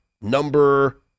number